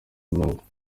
impanga